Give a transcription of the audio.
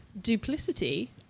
duplicity